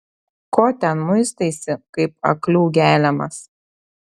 ko ten muistaisi kaip aklių geliamas